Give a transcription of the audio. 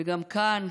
וגם כאן,